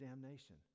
damnation